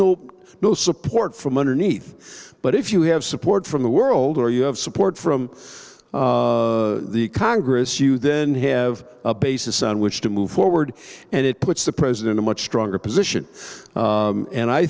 no no support from underneath but if you have support from the world or you have support from the congress you then have a basis on which to move forward and it puts the president a much stronger position and i